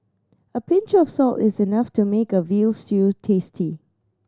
a pinch of salt is enough to make a veal stew tasty